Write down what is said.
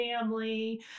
family